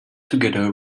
together